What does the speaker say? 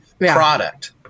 product